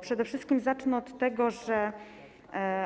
Przede wszystkim zacznę od tego, że